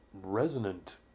resonant